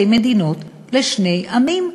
הבוחרים,